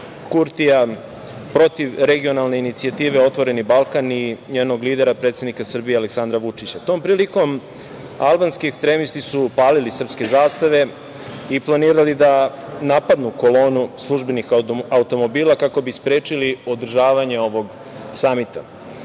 Kurtija, protiv regionalne inicijative „otvoreni Balkan“ i njenog lidera predsednika Srbije Aleksandra Vučića. Tom prilikom albanski ekstremisti su palili srpske zastave i planirali da napadnu kolonu službenih automobila kako bi sprečili održavanje ovog samita. Srbija